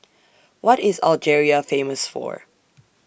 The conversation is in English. What IS Algeria Famous For